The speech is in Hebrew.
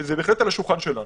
זה בהחלט על שולחננו.